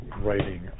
writing